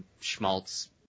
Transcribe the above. schmaltz